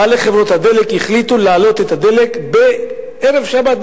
בעלי חברות הדלק החליטו להעלות את מחיר הדלק בערב שבת,